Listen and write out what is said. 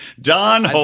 Don